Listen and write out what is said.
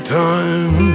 time